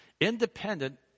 Independent